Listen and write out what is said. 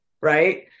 right